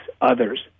others